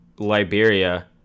liberia